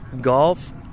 Golf